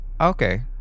okay